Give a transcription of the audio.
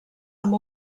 amb